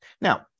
Now